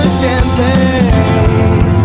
champagne